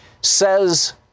says